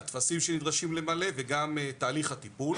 הטפסים שנדרשים למלא וגם תהליך הטיפול.